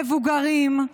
מבוגרים,